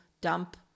dump